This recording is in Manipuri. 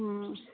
ꯑꯣ